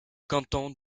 canton